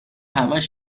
همش